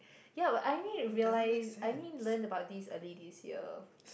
ya I only realise I only learn about these early this year